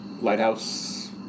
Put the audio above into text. lighthouse